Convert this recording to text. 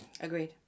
Agreed